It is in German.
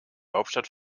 hauptstadt